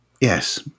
yes